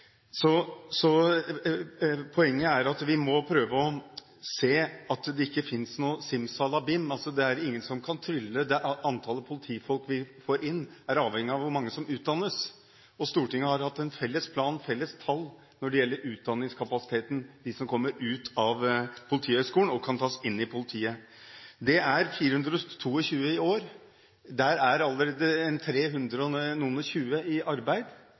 Poenget er at vi må prøve å se at det ikke finnes noe simsalabim, det er ingen som kan trylle. Antall politifolk vi får inn, er avhengig av hvor mange som utdannes. Stortinget har hatt en felles plan – og felles tall – når det gjelder utdanningskapasiteten – de som kommer ut av Politihøgskolen, og som kan tas inn i politiet. Det er 422 i år. Her er allerede rundt 320 i arbeid.